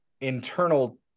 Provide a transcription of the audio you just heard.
internal